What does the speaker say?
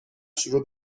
شروع